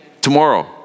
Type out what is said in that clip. Tomorrow